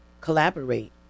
collaborate